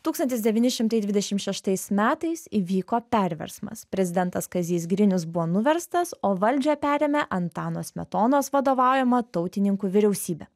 tūkstantis devyni šimtai dvidešim šeštais metais įvyko perversmas prezidentas kazys grinius buvo nuverstas o valdžią perėmė antano smetonos vadovaujama tautininkų vyriausybė